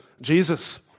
Jesus